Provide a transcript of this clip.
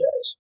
guys